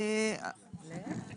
גם